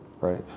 right